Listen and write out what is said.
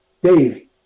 Dave